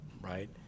right